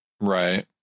Right